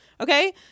Okay